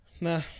Nah